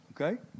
Okay